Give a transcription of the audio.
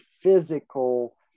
physical